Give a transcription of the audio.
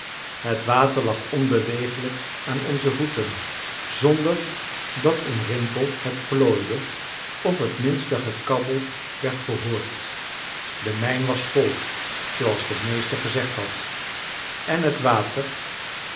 het water lag onbeweeglijk aan onze voeten zonder dat een rimpel het plooide of het minste gekabbel werd gehoord de mijn was vol zooals de meester gezegd had en het water